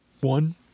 one